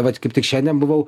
vat kaip tik šiandien buvau